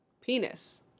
penis